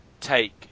Take